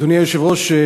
אדוני היושב-ראש,